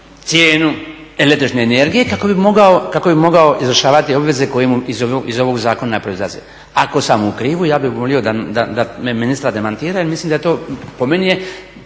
cijenu električne energije kako bi mogao izvršavati obveze koje mu iz ovog zakona proizlaze. Ako sam u krivu ja bih volio da me ministar demantira jer mislim da to, po meni je